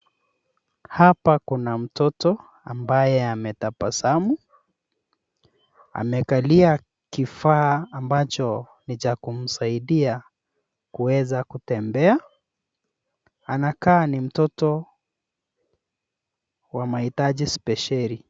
Hapa kuna mtoto ambaye ametabasamu. Amekalia kifaa ambacho ni cha kumsaidia kuweza kutembea. Anakaa ni mtoto wa mahitaji spesheli.